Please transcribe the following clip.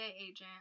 agent